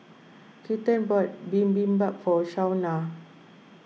Keaton bought Bibimbap for Shaunna